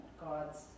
God's